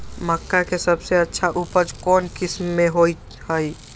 मक्का के सबसे अच्छा उपज कौन किस्म के होअ ह?